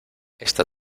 esta